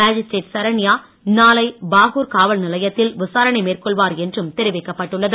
magistrate Saranya நாளை பாகூர் காவல் நிலையத்தில் விசாரணை மேற்கொள்வார் என்றும் தெரிவிக்கப்பட்டு உள்ளது